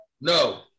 No